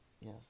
yes